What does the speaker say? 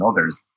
others